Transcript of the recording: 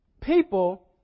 People